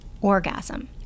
orgasm